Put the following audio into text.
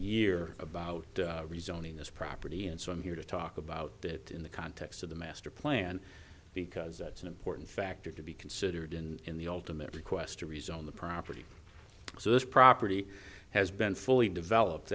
year about rezoning this property and so i'm here to talk about it in the context of the master plan because that's an important factor to be considered in in the ultimate request to rezone the property so this property has been fully developed